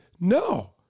No